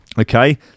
Okay